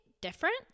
different